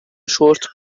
شرت